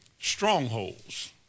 strongholds